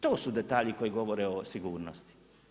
To su detalji koje govore o sigurnosti.